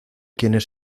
quienes